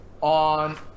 on